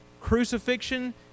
crucifixion